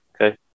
Okay